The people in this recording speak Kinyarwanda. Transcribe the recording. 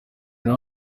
nawe